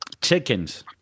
Chickens